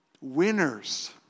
winners